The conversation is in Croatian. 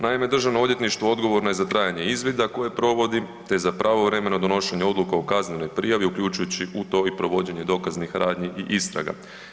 Naime, Državno odvjetništvo odgovorno je za trajanje izvoda koje provodi te za pravovremeno donošenje odluka u kaznenoj prijavi uključujući u to i provođenje i dokaznih radnji i istraga.